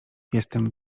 jestem